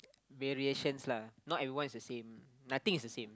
variations lah not everyone is the same nothing is the same